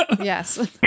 Yes